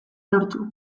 lortu